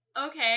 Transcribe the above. Okay